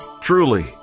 truly